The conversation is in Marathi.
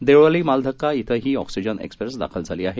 देवळाली मालधक्का क्रिं ही ऑक्सिजन क्सप्रेस दाखल झाली आहे